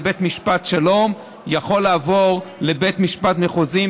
לבית משפט שלום יכולה לעבור לבית משפט מחוזי,